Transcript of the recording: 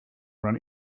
run